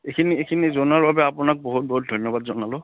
এইখিনি এইখিনি জনোৱাৰ বাবে আপোনাক বহুত বহুত ধন্যবাদ জনালোঁ